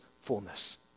fullness